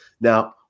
Now